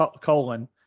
Colon